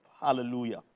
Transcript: Hallelujah